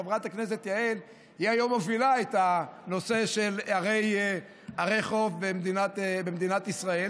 חברת הכנסת יעל היא היום מובילה את הנושא של ערי חוף במדינת ישראל.